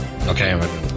Okay